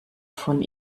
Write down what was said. von